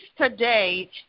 today